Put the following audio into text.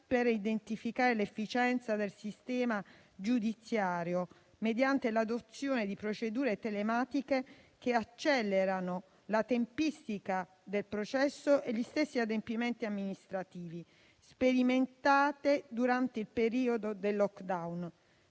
per identificare l'efficienza del sistema giudiziario, mediante l'adozione di procedure telematiche che accelerano la tempistica del processo e gli stessi adempimenti amministrativi, sperimentate durante il periodo del *lockdown*.